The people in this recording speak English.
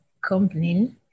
company